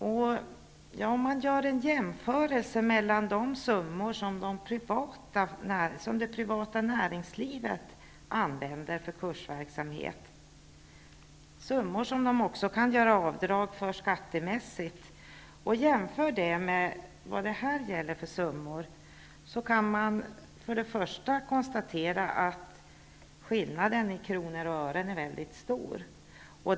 Om vi gör en jämförelse mellan de summor som det privata näringslivet använder för kursverksamhet -- summor som företagen också kan göra avdrag för skattemässigt -- och de summor som gäller här, kan vi konstatera att skillnaden i kronor och ören är mycket stor.